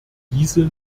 diese